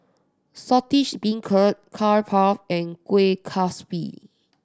Saltish Beancurd Curry Puff and Kueh Kaswi